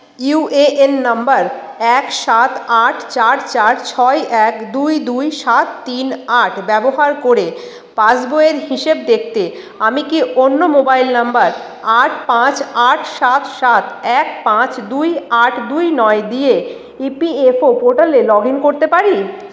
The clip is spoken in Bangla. ইউএএন নাম্বার এক সাত আট চার চার ছয় এক দুই দুই সাত তিন আট ব্যবহার করে পাসবইয়ের হিসেব দেখতে আমি কি অন্য মোবাইল নাম্বার আট পাঁচ আট সাত সাত এক পাঁচ দুই আট দুই নয় দিয়ে ইপিএফও পোর্টালে লগ ইন করতে পারি